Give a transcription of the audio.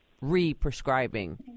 re-prescribing